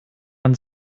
man